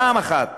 פעם אחת